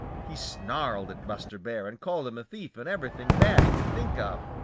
he snarled at buster bear and called him a thief and everything bad he could think of.